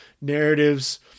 Narratives